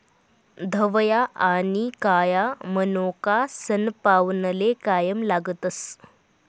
धवया आनी काया मनोका सनपावनले कायम लागतस